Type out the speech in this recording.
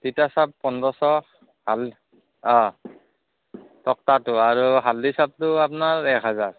তিতা চাপ পোন্ধৰশ হাল অঁ তক্টাটো আৰু হালধি চাপটো আপোনাৰ এক হাজাৰ